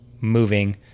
moving